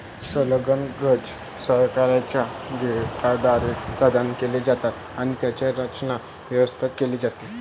संलग्न कर्जे सावकारांच्या गटाद्वारे प्रदान केली जातात आणि त्यांची रचना, व्यवस्था केली जाते